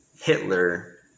hitler